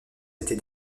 était